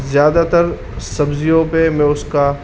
زیادہ تر سبزیوں پہ میں اس کا